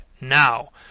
now